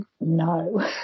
no